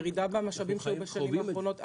ירידה במשאבים שמושקעים בשנים האחרונות.